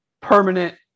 permanent